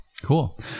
Cool